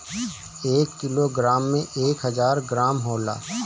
एक किलोग्राम में एक हजार ग्राम होला